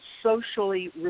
Socially